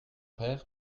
père